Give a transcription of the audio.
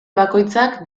bakoitzak